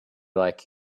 like